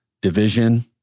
division